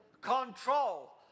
Control